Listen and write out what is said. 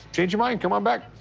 change your mind, come on back.